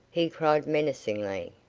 he cried menacingly.